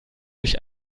durch